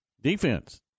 Defense